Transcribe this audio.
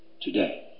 today